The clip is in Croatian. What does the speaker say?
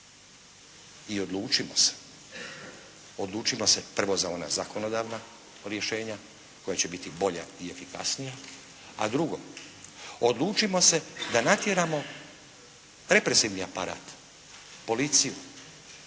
i odlučimo se, odlučimo se prvo za ona zakonodavna rješenja koja će biti bolja i efikasnija, a drugo odlučimo se da natjeramo represivni aparat, policiju